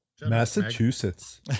Massachusetts